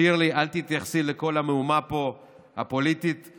שירלי, אל תתייחסי לכל המהומה הפוליטית פה.